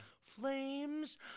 Flames